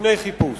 בפני חיפוש.